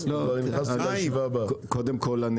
קודם כל,